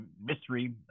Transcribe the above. mystery